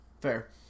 Fair